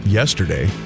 yesterday